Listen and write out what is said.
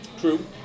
True